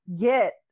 get